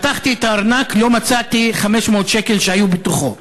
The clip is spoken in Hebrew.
פתחתי את הארנק ולא מצאתי 500 שקל שהיו בתוכו.